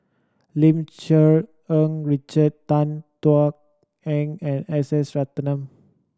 Lim Cherng Richard Tan Thuan Heng and S S Ratnam